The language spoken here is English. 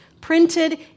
printed